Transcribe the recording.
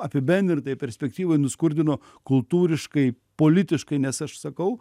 apibendrintai perspektyvoj nuskurdino kultūriškai politiškai nes aš sakau